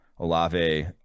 Olave